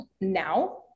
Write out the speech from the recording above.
now